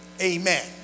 Amen